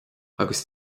agus